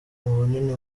bunini